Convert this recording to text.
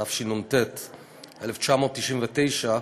התשנ"ט 1999,